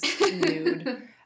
nude